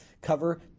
cover